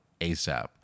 ASAP